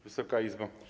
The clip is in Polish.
Wysoka Izbo!